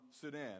Sudan